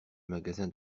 magasin